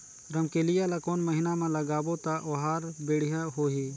रमकेलिया ला कोन महीना मा लगाबो ता ओहार बेडिया होही?